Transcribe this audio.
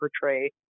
portray